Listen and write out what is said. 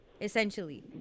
essentially